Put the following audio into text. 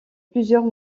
plusieurs